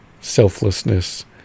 selflessness